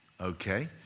okay